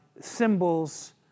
symbols